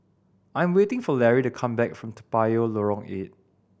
I'm waiting for Larry to come back from Toa Payoh Lorong Eight